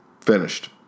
Finished